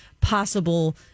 possible